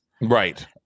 Right